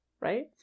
right